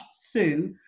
Sue